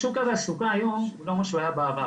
שוק התעסוקה היום הוא לא מה שהיה בעבר,